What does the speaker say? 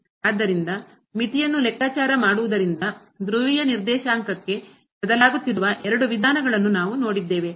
ಆದ್ದರಿಂದ ಮಿತಿಯನ್ನು ಲೆಕ್ಕಾಚಾರ ಮಾಡುವುದರಿಂದ ಧ್ರುವೀಯ ನಿರ್ದೇಶಾಂಕಕ್ಕೆ ಬದಲಾಗುತ್ತಿರುವ ಎರಡು ವಿಧಾನಗಳನ್ನು ನಾವು ನೋಡಿದ್ದೇವೆ